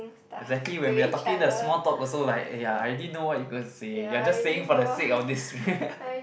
exactly when we are talking the small talk also like ya I already know what you going to say you're just saying for the sake of this